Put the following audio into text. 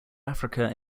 africa